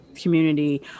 community